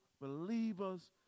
believers